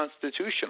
constitutional